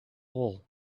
wool